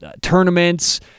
tournaments